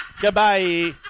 Goodbye